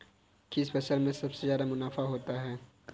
किस फसल में सबसे जादा मुनाफा होता है?